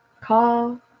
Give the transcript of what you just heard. call